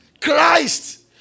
Christ